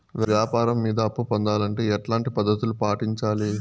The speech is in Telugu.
వ్యాపారం మీద అప్పు పొందాలంటే ఎట్లాంటి పద్ధతులు పాటించాలి?